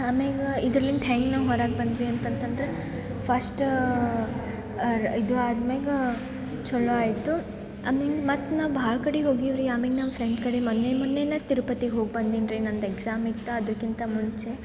ಆಮೇಗ ಇದ್ರಲಿಂತ ಹೆಂಗೆ ನಾವು ಹೊರಗೆ ಬಂದ್ವಿ ಅಂತಂತಂದ್ರೆ ಫಸ್ಟ್ ಇದು ಆದ್ಮೇಗ ಚಲೋ ಆಯಿತು ಆಮೇಗೆ ಮತ್ತು ನಾವು ಭಾಳ ಕಡೆ ಹೊಗೀವಿ ರೀ ಆಮೇಗೆ ನಾವು ಫ್ರೆಂಡ್ ಕಡೆ ಮೊನ್ನೆ ಮೊನ್ನೇನೆ ತಿರುಪತಿಗೆ ಹೋಗ್ಬಂದೀನಿ ರೀ ನಂದು ಎಕ್ಸಾಮ್ ಇತ್ತು ಅದಕ್ಕಿಂತ ಮುಂಚೆ